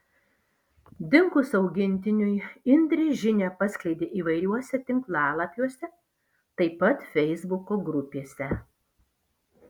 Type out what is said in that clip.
dingus augintiniui indrė žinią paskleidė įvairiuose tinklapiuose taip pat feisbuko grupėse